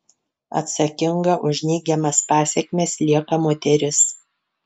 atsakinga už neigiamas pasekmes lieka moteris